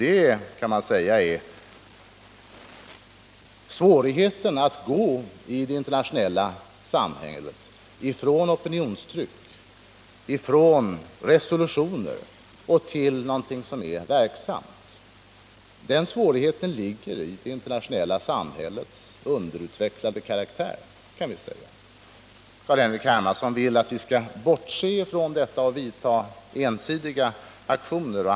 Det är svårigheten att i det internationella samhället gå från opinionstryck, från resolutioner, till någonting som är verksamt. Den svårigheten ligger i det internationella samhällets underutvecklade karaktär, kan vi säga. Carl-Henrik Hermansson vill att vi skall bortse från detta och påbörja ensidiga aktioner.